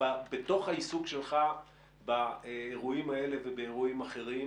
בתוך העיסוק שלך באירועים האלה ובאירועים אחרים,